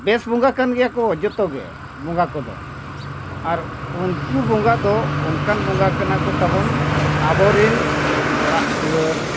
ᱵᱮᱥ ᱵᱚᱸᱜᱟ ᱠᱟᱱ ᱜᱮᱭᱟᱠᱚ ᱡᱷᱚᱛᱚᱜᱮ ᱵᱚᱸᱜᱟ ᱠᱚᱫᱚ ᱟᱨ ᱩᱱᱠᱩ ᱵᱚᱸᱜᱟ ᱫᱚ ᱚᱱᱠᱟᱱ ᱵᱚᱸᱜᱟ ᱠᱟᱱᱟ ᱠᱚ ᱛᱟᱵᱚᱱ ᱟᱵᱚᱨᱮᱱ ᱚᱲᱟᱜ ᱫᱩᱣᱟᱹᱨ